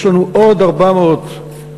ויש לנו עוד 400 קולחין,